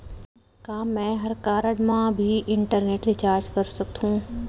का मैं ह कारड मा भी इंटरनेट रिचार्ज कर सकथो